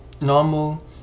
normal